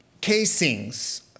casings